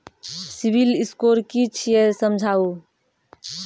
Civil score कि छियै समझाऊ?